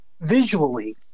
visually